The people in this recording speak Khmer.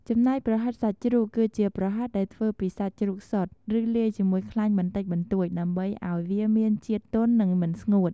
ចំណែក ប្រហិតសាច់ជ្រូក គឺជាប្រហិតដែលធ្វើពីសាច់ជ្រូកសុទ្ធ ឬលាយជាមួយខ្លាញ់បន្តិចបន្តួច ដើម្បីឱ្យវាមានជាតិទន់ និងមិនស្ងួត។